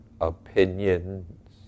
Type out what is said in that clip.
opinions